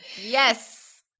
Yes